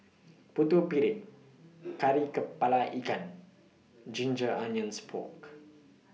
Putu Piring Kari Kepala Ikan Ginger Onions Pork